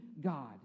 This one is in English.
God